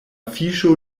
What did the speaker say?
fiŝo